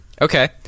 Okay